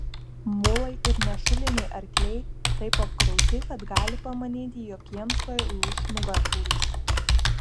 mulai ir nešuliniai arkliai taip apkrauti kad gali pamanyti jog jiems tuoj lūš nugarkaulis